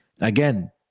Again